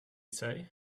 say